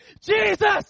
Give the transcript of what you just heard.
Jesus